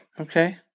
Okay